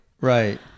right